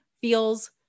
feels